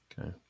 okay